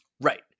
Right